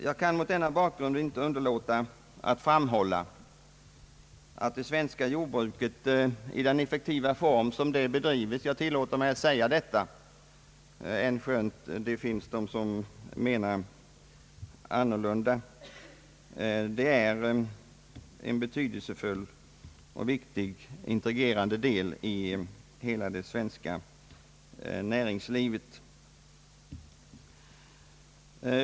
Jag kan mot denna bakgrund inte underlåta att framhålla att det svenska jordbruket i den effektiva form som det bedrives — jag tillåter mig att säga detta, änskönt det finns personer som menar annorlunda — är en betydelsefull och viktig integrerande del av hela det svenska näringslivet.